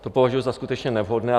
To považuji za skutečně nevhodné.